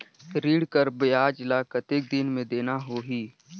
ऋण कर ब्याज ला कतेक दिन मे देना होही?